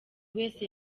wese